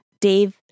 Dave